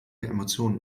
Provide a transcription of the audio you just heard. emotionen